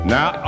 Now